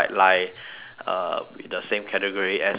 uh with the same category as lying